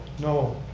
no,